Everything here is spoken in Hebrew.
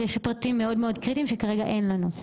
יש פרטים מאוד קריטיים שכרגע אין לנו.